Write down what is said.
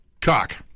Cock